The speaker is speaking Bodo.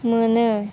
मोनो